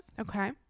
Okay